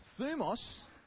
Thumos